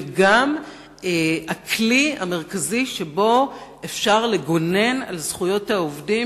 וגם הכלי המרכזי שבו אפשר לגונן על זכויות העובדים